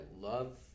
love